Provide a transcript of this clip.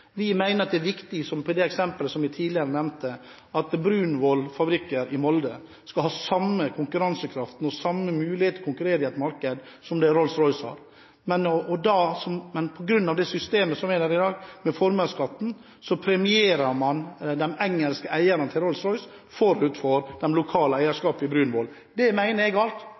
Vi mener at det er viktig, som i det eksemplet som jeg tidligere nevnte, at Brunvoll fabrikker i Molde skal ha samme konkurransekraft og samme mulighet til å konkurrere i et marked som det Rolls-Royce har, men på grunn av det systemet med formuesskatten som er der i dag, premierer man de engelske eierne av Rolls-Royce framfor det lokale eierskapet i Brunvoll. Det mener jeg er galt,